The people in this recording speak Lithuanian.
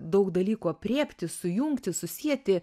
daug dalykų aprėpti sujungti susieti